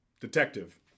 Detective